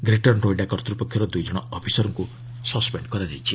greater Noida କର୍ତ୍ତ୍ୱପକ୍ଷର ଦୁଇ ଜଣ ଅଫିସରଙ୍କୁ ସସ୍ପେଣ୍ଡ କରାଯାଇଛି